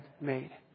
made